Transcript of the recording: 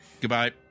Goodbye